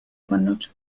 pannud